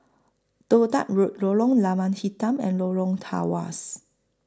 Toh Tuck Road Lorong Lada Hitam and Lorong Tawas